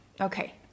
Okay